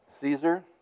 Caesar